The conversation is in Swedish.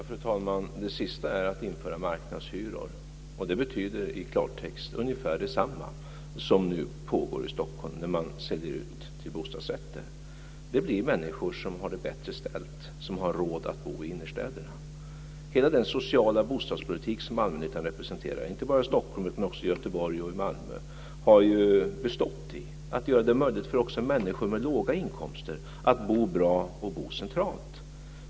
Fru talman! Det sista är att införa marknadshyror, och det betyder i klartext ungefär detsamma som det som nu pågår i Stockholm när man säljer ut till bostadsrätter. Det blir människor som har det bättre ställt som har råd att bo i innerstäderna. Hela den sociala bostadspolitik som allmännyttan representerar, inte bara i Stockholm, utan också i Göteborg och i Malmö, har ju bestått i att göra det möjligt också för människor med låga inkomster att bo bra och bo centralt.